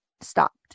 stopped